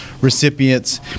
recipients